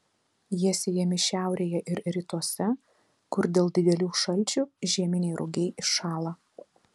jie sėjami šiaurėje ir rytuose kur dėl didelių šalčių žieminiai rugiai iššąla